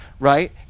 Right